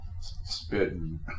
spitting